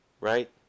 Right